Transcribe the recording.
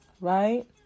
Right